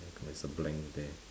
there is a blank there